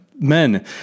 Men